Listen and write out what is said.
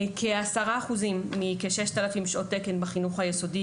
כ-10% מכ-6,000 שעות תקן בחינוך היסודי